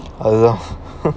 அதுதான்:adhu thaan